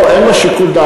לא, אין לו שיקול דעת.